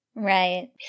Right